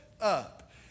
up